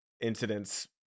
incidents